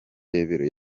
rebero